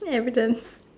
evidence